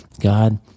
God